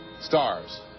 Stars